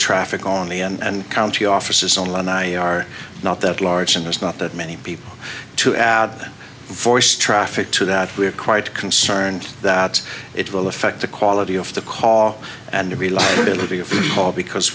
traffic on the and county offices online i are not that large and there's not that many people to add voice traffic to that we're quite concerned that it will affect the quality of the car and the reliability of the call because